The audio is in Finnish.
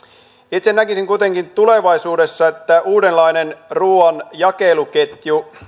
itse näkisin kuitenkin tulevaisuudessa että uudenlainen ruuan jakeluketju